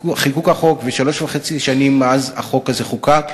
חיקוק החוק ושלוש וחצי שנים מאז נכנס החוק הזה לתוקף.